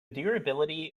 durability